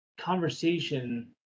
Conversation